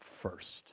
first